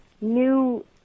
new